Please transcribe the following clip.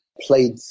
played